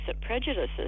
prejudices